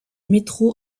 métro